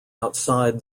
outside